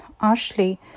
Ashley